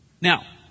Now